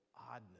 oddness